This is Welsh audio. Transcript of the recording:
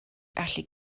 allu